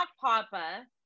Papa